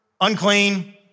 unclean